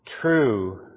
True